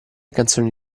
canzoni